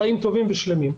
חיים טובים ושלמים.